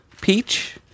Peach